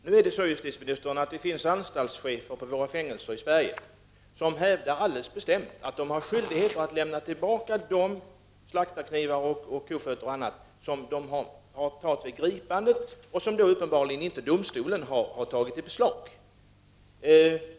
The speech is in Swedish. Herr talman! Det finns anstaltschefer som alldeles bestämt hävdar att de har skyldighet att lämna tillbaka de slaktarknivar, kofötter och annat som omhändertagits vid gripandet och som domstolen uppenbarligen inte tagit i beslag.